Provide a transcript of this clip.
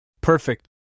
Perfect